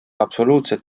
absoluutselt